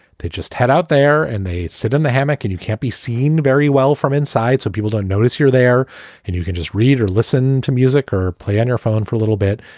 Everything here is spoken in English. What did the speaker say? they just head out there and they sit in the hammock and you can't be seen very well from inside. so people don't notice here, there and you can just read or listen to music or play on your phone for a little bit.